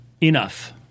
enough